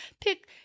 pick